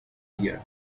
légales